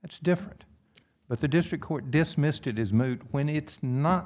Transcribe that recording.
that's different but the district court dismissed it is moot when it's not